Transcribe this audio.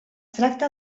tracta